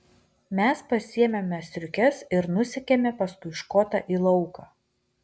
mes pasiėmėme striukes ir nusekėme paskui škotą į lauką